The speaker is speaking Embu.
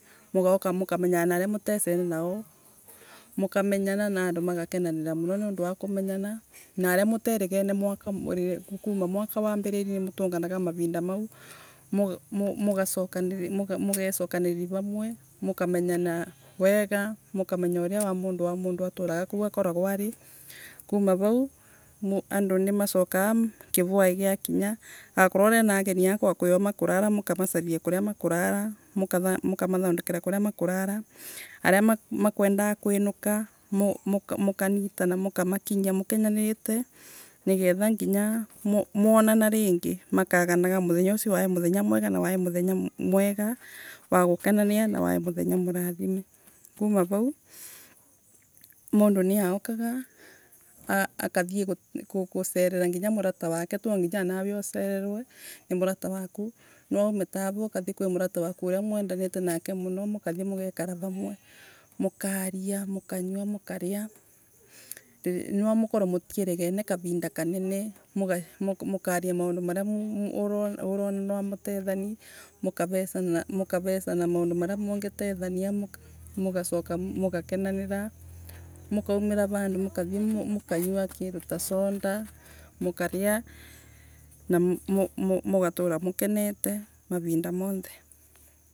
Mugauka mukamenyana na aria mutecene nao, mukamenyana na andu magakena muno nondu wa kumenyana, na aria muterigene kuuma mwaka wambirire. nimatungananga mavindu mau. Muga mugacokaririria vamwe, mukamenyana wega, mukamenya uria wa mundu wa mundu aturaga kuu akaragwa arii. Kuuma vau andu nimacokaga kivwaii giakinya akorwa urena ageni nokorwe kwinao kwinao makurara ukamaciariria kuria makurara mukumathandekera kuria makurara. Aria makwendaga kwinuka mukanyitana mukamakinyia mukenanite nigetha nginya mwonana ringi muketanaga muthenya ucio wai mwega na wai muthenya mwega wa gukenanira na waii muthenya murathiree. Kuuma vau mundu niaukaga akathie gucerera murata wake, twanginya amawe ucererwe na murata waku, nawone tawe ukathie kwi murata waku uria mwendariite muno mukathie mugekara vamwe. Mukaria mukaria mukanyue na ukorwe mutirigania kavinda kanene, makavia maundu maria urona na mutethanie, mukavecana mukavecara maundu maria mungi tethania, mugacoka mugakenanira. Mukaumira vandu mukathie mukanyua kindu ta sanda, mukaria na mugatura mukenete mavinda monthe